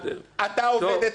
אתה עובד אצלו.